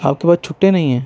آپ کے پاس چھٹے نہیں ہیں